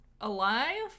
alive